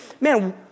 man